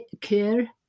care